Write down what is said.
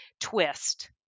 twist